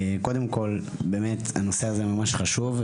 קודם כול, באמת הנושא הזה ממש חשוב.